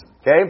okay